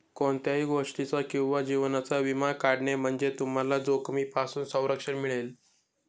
कोणत्याही गोष्टीचा किंवा जीवनाचा विमा काढणे म्हणजे तुम्हाला जोखमीपासून संरक्षण मिळेल